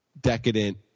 decadent